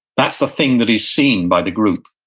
that's the thing that is seen by the group,